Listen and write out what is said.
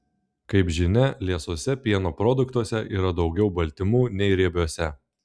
kaip žinia liesuose pieno produktuose yra daugiau baltymų nei riebiuose